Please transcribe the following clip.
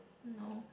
no